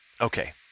Okay